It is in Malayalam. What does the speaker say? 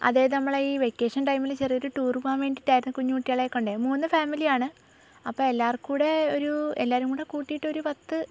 അതായത് നമ്മൾ ഈ വെക്കേഷൻ ടൈമിൽ ചെറിയൊരു ടൂർ പോകാൻ വേണ്ടിയിട്ടായിരുന്നു കുഞ്ഞ് കുട്ടികളെക്കൊണ്ടേ മൂന്ന് ഫാമിലി ആണ് അപ്പം എല്ലാവർക്കൂടെ ഒരു എല്ലാവരും കൂടെ കൂട്ടിയിട്ട് ഒരു പത്ത്